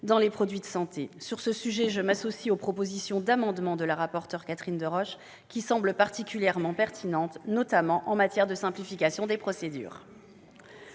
dans les produits de santé. Sur ce sujet, je m'associe aux amendements déposés par la rapporteur Catherine Deroche, qui semblent particulièrement pertinents, notamment en matière de simplification des procédures.